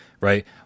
right